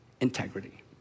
integrity